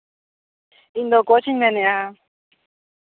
ᱤᱧᱫᱚ ᱠᱳᱪ ᱤᱧ ᱢᱮᱱᱮᱜᱼᱟ